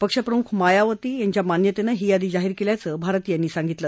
पक्षप्रमुख मायावती यांच्या मान्यतप्तही यादी जाहीर क्ल्याचं भारती यांनी सांगितलं